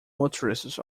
motorists